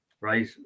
right